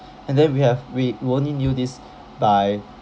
and then we have we we only knew this by